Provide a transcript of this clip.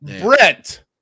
Brent